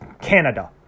Canada